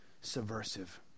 subversive